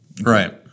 Right